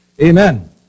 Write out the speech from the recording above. Amen